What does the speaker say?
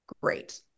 great